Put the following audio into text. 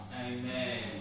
Amen